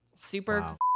super